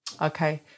okay